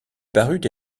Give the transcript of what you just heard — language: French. parut